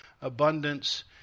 abundance